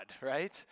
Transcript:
right